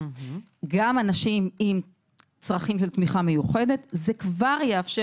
גם אנשים עם צרכים של תמיכה מיוחדת - זה כבר יאפשר